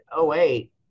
08